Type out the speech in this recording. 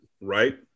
right